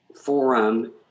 forum